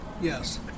Yes